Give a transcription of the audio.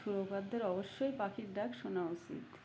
সুরকারদের অবশ্যই পাখির ডাক সোনা উচিত